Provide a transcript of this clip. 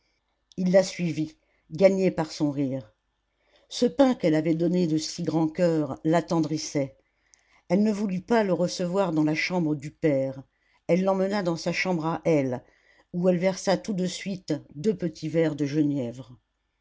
il la suivit gagné par son rire ce pain qu'elle avait donné de si grand coeur l'attendrissait elle ne voulut pas le recevoir dans la chambre du père elle l'emmena dans sa chambre à elle où elle versa tout de suite deux petits verres de genièvre